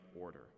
order